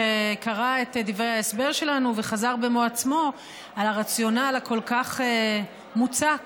שקרא את דברי ההסבר שלנו וחזר במו-עצמו על הרציונל הכל-כך מוצק